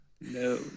no